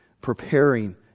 preparing